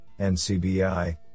NCBI